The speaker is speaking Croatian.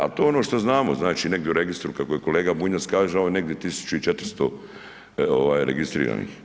A to je ono što znamo, znači negdje u registru kako kolega Bunjac kaže, negdje 1400 registrirani.